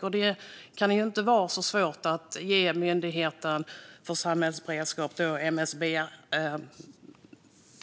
Det kan inte vara så svårt att ge Myndigheten för samhällsskydd och beredskap, MSB,